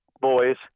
boys